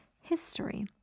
history